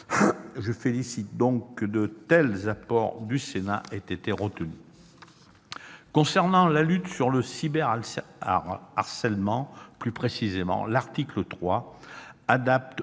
me félicite que de tels apports du Sénat aient été retenus. Concernant la lutte contre le cyberharcèlement plus précisément, l'article 3 adapte